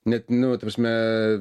net nu ta prasme